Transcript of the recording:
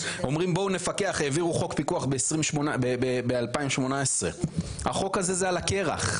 אומרים בואו נפקח העבירו חוק פיקוח ב- 2018 החוק הזה זה על הקרח,